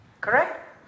Correct